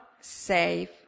safe